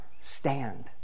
stand